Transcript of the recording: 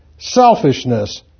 selfishness